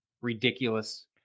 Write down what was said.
ridiculous